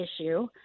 issue